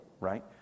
right